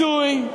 הזוי,